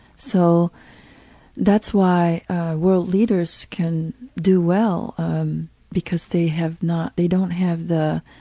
so that's why world leaders can do well because they have not they don't have the